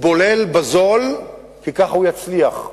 יתבולל בזול וככה הוא יצליח.